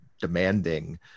demanding